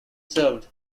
served